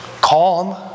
calm